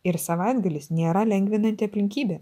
ir savaitgalis nėra lengvinanti aplinkybė